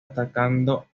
atacando